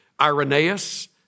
Irenaeus